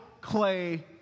clay